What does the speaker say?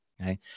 Okay